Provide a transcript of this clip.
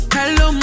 Hello